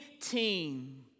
team